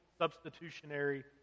substitutionary